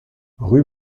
rue